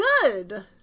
good